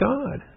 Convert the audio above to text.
God